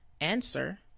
Answer